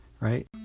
Right